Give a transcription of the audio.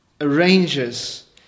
arranges